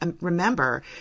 remember